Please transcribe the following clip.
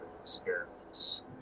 experiments